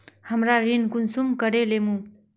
हमरा ऋण कुंसम करे लेमु?